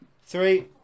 Three